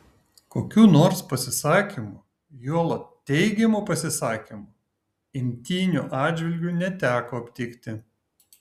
kokių nors pasisakymų juolab teigiamų pasisakymų imtynių atžvilgiu neteko aptikti